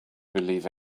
believe